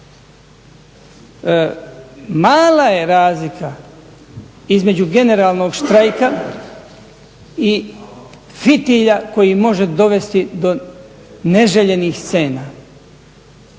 Mala je razlika između generalnog štrajka i fitilja koji može dovesti do neželjenih scena.